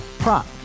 Prop